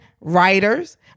writers